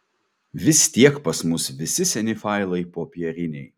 vis tiek pas mus visi seni failai popieriniai